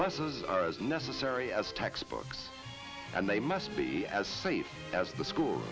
buses are as necessary as textbooks and they must be as safe as the school